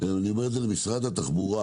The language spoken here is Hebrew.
אני אומר זאת למשרד התחבורה